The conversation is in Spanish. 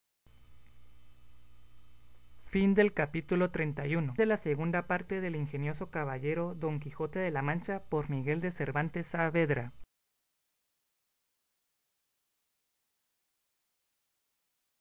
libro de la segunda parte del ingenioso caballero don quijote de la mancha por miguel de cervantes saavedra